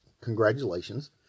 congratulations